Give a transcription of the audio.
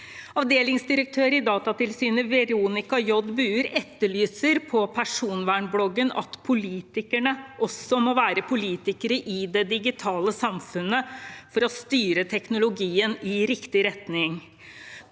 Avdelingsdirektør i Datatilsynet Veronica J. Buer etterlyser på Personvernbloggen at politikerne også må være politikere i det digitale samfunnet, for å styre teknologien i riktig retning.